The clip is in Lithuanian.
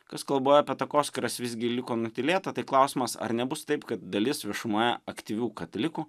kas kalboj apie takoskyras visgi liko nutylėta tai klausimas ar nebus taip kad dalis viešumoje aktyvių katalikų